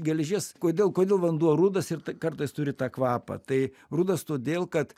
geležies kodėl kodėl vanduo rudas ir kartais turi tą kvapą tai rudas todėl kad